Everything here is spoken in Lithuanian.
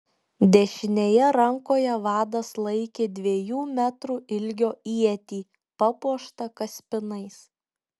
dešinėje rankoje vadas laikė dviejų metrų ilgio ietį papuoštą kaspinais